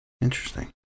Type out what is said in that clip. Interesting